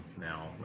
now